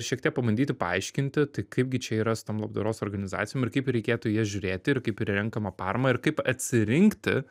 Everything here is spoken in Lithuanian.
šiek tiek pabandyti paaiškinti tai kaipgi čia yra su tom labdaros organizacijom ir kaip reikėtų į jas žiūrėti ir kaip į renkamą paramą ir kaip atsirinkti